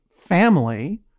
family